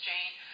Jane